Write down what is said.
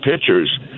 pitchers